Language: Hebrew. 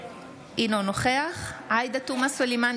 אינו נוכח עאידה תומא סלימאן,